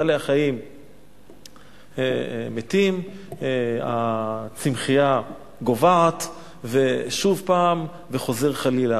בעלי-החיים מתים, הצמחייה גוועת שוב, וחוזר חלילה.